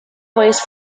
voice